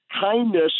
kindness